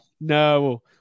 No